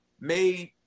made